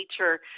nature